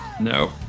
No